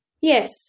Yes